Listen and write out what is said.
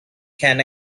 can